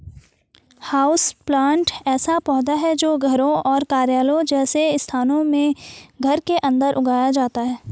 houseplant ऐसा पौधा है जो घरों और कार्यालयों जैसे स्थानों में घर के अंदर उगाया जाता है